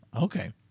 Okay